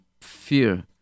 fear